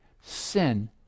sin